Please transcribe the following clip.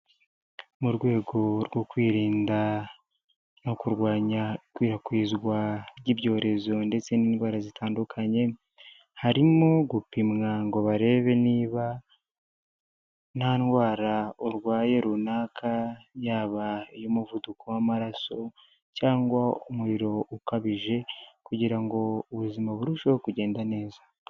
Mu rwego rwo kwirinda no kurwanya ikwirakwizwa ry'ibyorezo ndetse n'indwara zitandukanye, harimo gupimwa ngo barebe niba nta ndwara urwaye runaka, yaba iy'umuvuduko w'amaraso cyangwa umuriro ukabije, kugira ngo ubuzima burusheho kugenda neza.